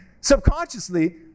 subconsciously